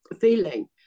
feeling